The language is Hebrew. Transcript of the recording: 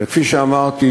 וכפי שאמרתי,